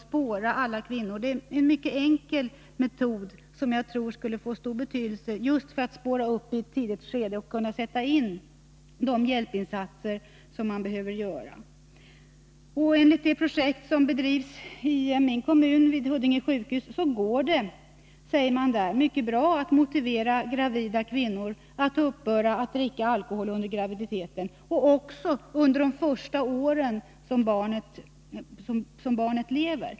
Det är en enkel metod som jag tror skulle få stor betydelse för att man skall kunna sätta in de hjälpinsatser som behövs. I ett projekt som bedrivs i min kommun, vid Huddinge sjukhus, säger man att det går mycket bra att motivera gravida kvinnor att upphöra att dricka alkohol under graviditeten och också under de första åren av barnets levnad.